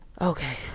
Okay